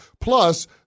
Plus